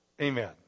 Amen